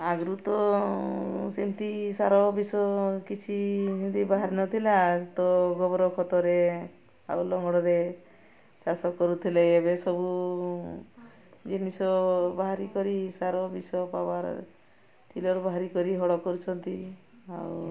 ଆଗରୁ ତ ସେମିତି ସାର ବିଷ କିଛି ଯେମିତି ବାହାରି ନଥିଲା ତ ଗୋବର ଖତରେ ଆଉ ଲଙ୍ଗଳରେ ଚାଷ କରୁଥିଲେ ଏବେ ସବୁ ଜିନିଷ ବାହାରି କରି ସାର ବିଷ ପାୱାର୍ ଟିଲର୍ ବାହାରି କରି ହଳ କରୁଛନ୍ତି ଆଉ